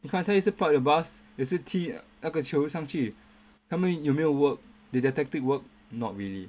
你看他也是 park the bus 也是踢那个球上去他们有没有 work did the tactic work not really